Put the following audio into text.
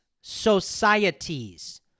societies